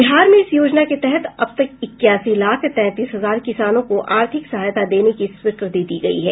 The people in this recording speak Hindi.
बिहार में इस योजना के तहत अब तक इक्यासी लाख तैंतीस हजार किसानों को आर्थिक सहायता देने की स्वीकृति दी गयी है